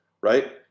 right